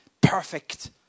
Perfect